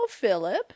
philip